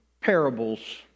parables